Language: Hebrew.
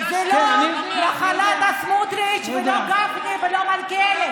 זה לא נחלת סמוטריץ' ולא גפני לא מלכיאלי.